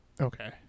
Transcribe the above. Okay